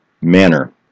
manner